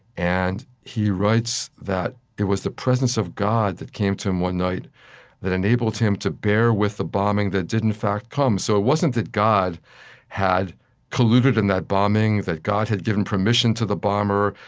and he writes that it was the presence of god that came to him one night that enabled him to bear with the bombing that did, in fact, come. so it wasn't that god had colluded in that bombing, that god had given permission to the bomber,